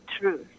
truth